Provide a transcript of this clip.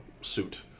suit